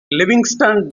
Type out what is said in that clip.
livingston